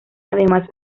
además